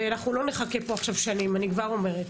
ואנחנו לא נחכה פה עכשיו שנים, אני כבר אומרת.